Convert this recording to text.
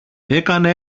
έκανε